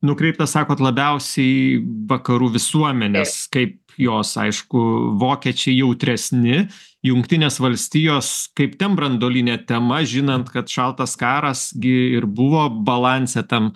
nukreiptas sakot labiausiai vakarų visuomenes kaip jos aišku vokiečiai jautresni jungtinės valstijos kaip ten branduolinė tema žinant kad šaltas karas gi ir buvo balanse tam